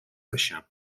reixa